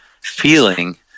feeling